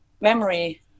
memory